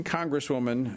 Congresswoman